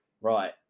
Right